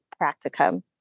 practicum